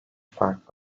fark